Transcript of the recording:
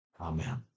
amen